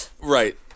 right